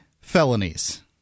felonies